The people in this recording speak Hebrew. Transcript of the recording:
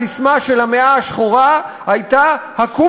הססמה של "המאה השחורה" הייתה: "הכו